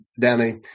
Danny